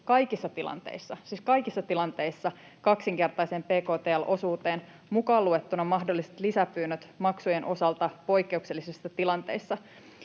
kaikissa tilanteissa — kaksinkertaiseen bktl-osuuteen, mukaan luettuna mahdolliset lisäpyynnöt maksujen osalta poikkeuksellisissa tilanteissa.